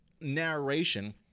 narration